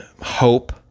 hope